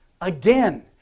Again